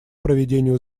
проведению